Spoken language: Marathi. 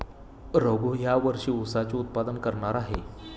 रघू या वर्षी ऊसाचे उत्पादन करणार आहे